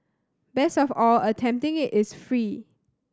best of all attempting it is free